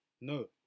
No